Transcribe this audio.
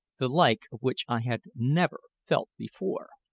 the like of which i had never felt before.